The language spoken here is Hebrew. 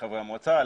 לחברי המועצה,